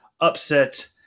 upset